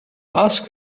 ask